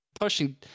pushing